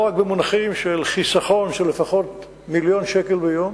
לא רק במונחים של חיסכון של לפחות מיליון שקל ביום